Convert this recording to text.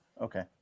Okay